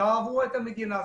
תאהבו את המדינה,